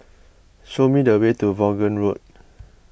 show me the way to Vaughan Road